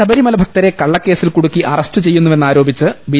ശബരിമല ഭക്തരെ കള്ളക്കേസിൽ കുടുക്കി അറസ്റ്റുചെയ്യു ന്നുവെന്നാരോപിച്ച് ബി